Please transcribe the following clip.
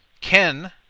Ken